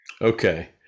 Okay